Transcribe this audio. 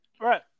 Right